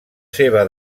seva